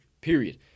period